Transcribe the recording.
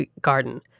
garden